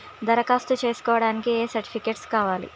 దరఖాస్తు చేస్కోవడానికి ఏ సర్టిఫికేట్స్ కావాలి?